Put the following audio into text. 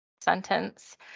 sentence